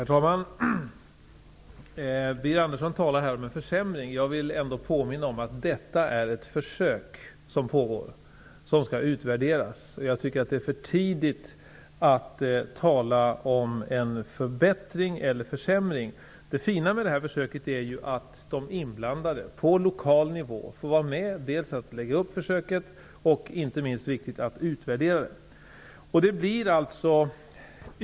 Herr talman! Birger Andersson talade om en försämring. Jag vill påminna om att detta är ett försök som skall utvärderas. Jag tycker att det är för tidigt att tala om en förbättring eller försämring. Det fina med det här försöket är att de inblandade på lokal nivå får vara med och lägga upp försöket och -- det är inte minst viktigt -- utvärdera det.